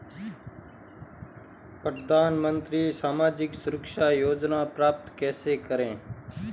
प्रधानमंत्री सामाजिक सुरक्षा योजना प्राप्त कैसे करें?